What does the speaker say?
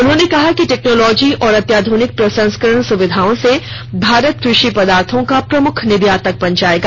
उन्होंने कहा कि टेक्नॉलोजी और अत्याधुनिक प्रसंस्करण सुविधाओं से भारत कृषि पदार्थो का प्रमुख निर्यातक बन जायेगा